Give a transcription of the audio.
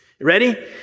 Ready